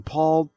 Paul